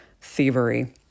thievery